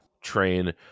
train